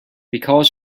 because